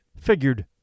figured